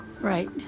Right